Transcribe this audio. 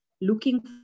looking